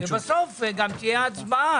בסוף גם תהיה הצבעה.